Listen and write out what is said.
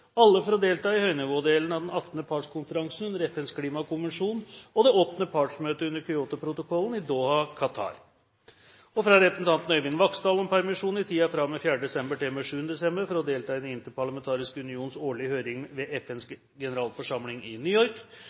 alle for å delta i høynivådelen av den 18. partskonferanse under FNs klimakonvensjon og det åttende partsmøte under Kyotoprotokollen i Doha, Qatar fra representanten Øyvind Vaksdal om permisjon i tiden fra og med 4. desember til og med 7. desember for å delta i Den interparlamentariske unions årlige høring ved FNs generalforsamling i New York